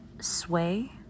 Sway